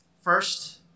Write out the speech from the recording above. First